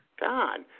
God